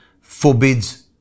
forbids